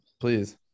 Please